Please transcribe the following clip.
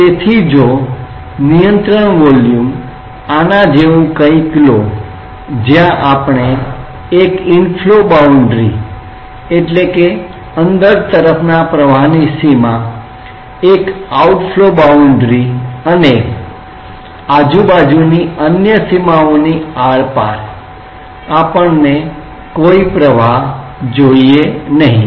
તેથી જો નિયંત્રણ વોલ્યુમ આના જેવું કંઈક લો જ્યાં આપણે એક ઇનફ્લો બાઉન્ડ્રી અંદર તરફના પ્રવાહની સીમા inflow boundary એક આઉટફ્લો બાઉન્ડ્રી બહાર તરફના પ્રવાહની સીમા outflow boundary અને આજુબાજુની અન્ય સીમાઓની આરપાર આપણને કોઈ પ્રવાહ જોઈએ નહીં